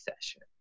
session